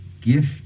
gift